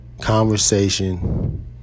conversation